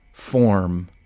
Form